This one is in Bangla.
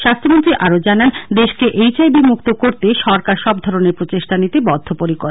স্বাস্থ্যমন্ত্রী আরও জানান দেশকে এইচ আই ভি মুক্ত করতে সরকার সব ধরনের প্রচেষ্টা নিতে বদ্ধপরিকর